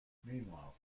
meanwhile